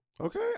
Okay